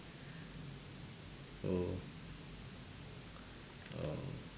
so um